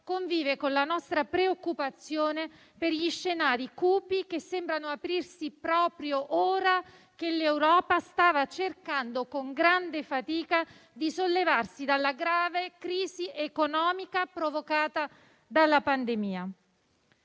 convive con la nostra preoccupazione per gli scenari cupi che sembrano aprirsi proprio ora che l'Europa stava cercando, con grande fatica, di sollevarsi dalla grave crisi economica provocata dalla pandemia.